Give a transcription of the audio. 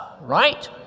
right